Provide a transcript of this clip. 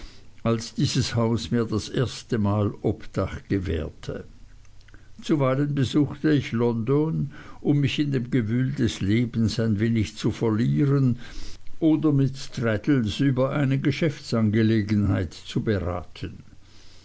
als dieses haus mir das erste mal obdach gewährte zuweilen besuchte ich london um mich in dem gewühl des lebens ein wenig zu verlieren oder mit traddles über eine geschäftsangelegenheit zu beraten